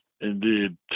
Indeed